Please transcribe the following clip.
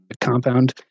compound